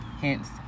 hence